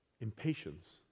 impatience